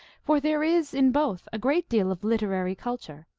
for there is in both a great deal of literary culture,